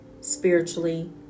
spiritually